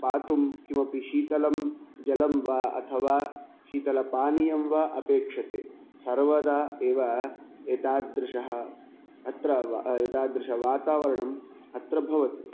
पातुं किमपि शीतलं जलं वा अथवा शीतलपानीयं वा अपेक्षते सर्वदा एव एतादृशः अत्र एतादृशवातावरणम् अत्र भवति